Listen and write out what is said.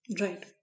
Right